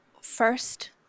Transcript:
first